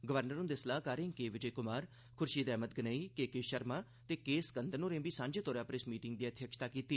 governor हुंदे सलाहकारें के विजय कुमार खुर्शीद अहमद गनेई के के शर्मा ते के स्कन्दन होरें बी सांझे तौरा पर इस मीटिंग दी अध्यक्षता कीती